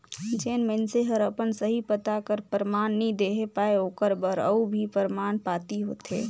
जेन मइनसे हर अपन सही पता कर परमान नी देहे पाए ओकर बर अउ भी परमान पाती होथे